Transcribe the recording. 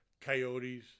coyotes